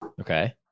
Okay